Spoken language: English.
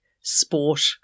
sport